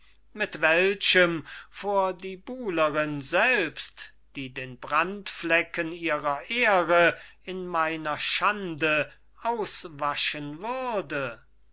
mit welchem vor die buhlerin selbst die den brandflecken ihrer ehre in meiner schande auswaschen würde